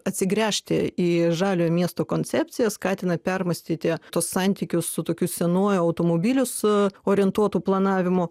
atsigręžti į žaliojo miesto koncepciją skatina permąstyti tuos santykius su tokiu senuoju automobiliu su orientuotu planavimu